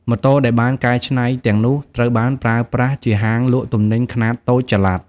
ម៉ូតូដែលបានកែច្នៃទាំងនោះត្រូវបានប្រើប្រាស់ជាហាងលក់ទំនិញខ្នាតតូចចល័ត។